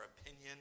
opinion